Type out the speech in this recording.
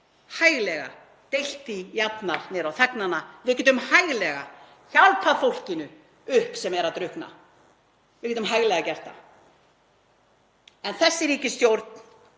hæglega deilt því jafnar niður á þegnana. Við getum hæglega hjálpað fólkinu upp sem er að drukkna. Við getum hæglega gert það. En þessi ríkisstjórn